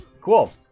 Cool